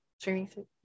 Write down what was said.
Streaming